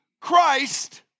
Christ